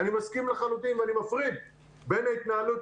אני מסכים לחלוטין ואני מפריד בין ההתנהלות,